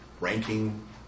ranking